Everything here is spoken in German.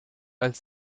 als